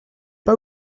pas